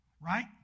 right